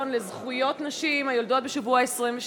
לזכויות נשים היולדות בשבוע ה-22 להיריון.